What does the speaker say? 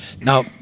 Now